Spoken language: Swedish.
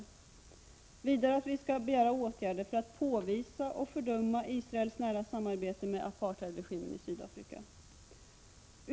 Vidare vill vpk att riksdagen skall begära åtgärder för att påvisa och fördöma Israels nära samarbete med apartheidregimen i Sydafrika.